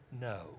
No